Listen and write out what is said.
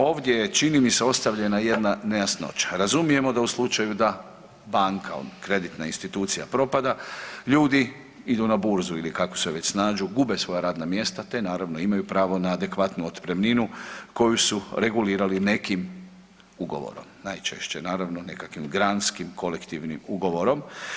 Ovdje je čini mi se ostavljena jedna nejasnoća, razumijemo da u slučaju da banka, kreditna institucija propada ljudi idu na burzu ili kako se već snađu, gube svoja radna mjesta te naravno imaju pravo na adekvatnu otpremninu koju su regulirali nekim ugovorom, najčešće naravno nekakvim granskim kolektivnim ugovorom.